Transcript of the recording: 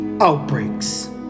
outbreaks